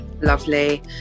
lovely